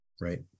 Right